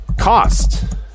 cost